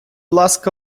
ласка